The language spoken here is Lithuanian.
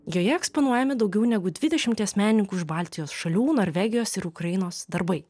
joje eksponuojami daugiau negu dvidešimties menininkų iš baltijos šalių norvegijos ir ukrainos darbai